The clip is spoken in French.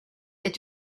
est